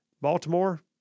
Baltimore